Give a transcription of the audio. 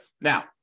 Now